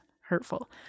hurtful